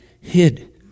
hid